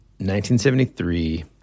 1973